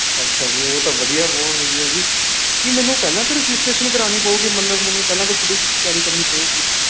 ਅੱਛਾ ਜੀ ਉਹ ਤਾਂ ਵਧੀਆ ਬਹੁਤ ਵਧੀਆ ਜੀ ਕੀ ਮੈਨੂੰ ਪਹਿਲਾਂ ਤਾਂ ਰਜਿਸਟਰੇਸ਼ਨ ਕਰਾਣੀ ਪਊਗੀ ਮਤਲਬ ਮੈਨੂੰ ਪਹਿਲਾਂ ਤਾਂ ਥੋੜੀ ਤਿਆਰੀ ਕਰਨੀ ਪਊਗੀ